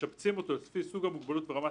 וכשמשבצים אותו לפי סוג המוגבלות ורמת